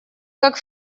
как